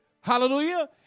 Hallelujah